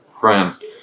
friends